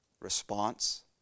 response